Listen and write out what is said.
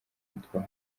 yitwa